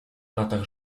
latach